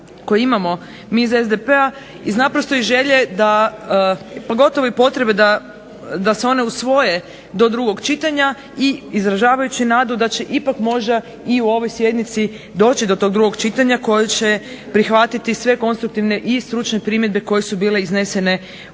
koje imamo mi iz SDP-a iz naprosto iz želje da, pogotovo i potrebe da se one usvoje do drugog čitanja, i izražavajući nadu da će ipak možda i u ovoj sjednici doći do tog drugog čitanja koje će prihvatiti sve konstruktivne i stručne primjedbe koje su bile iznesene u